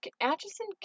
Atchison